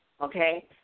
okay